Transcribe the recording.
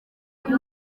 biri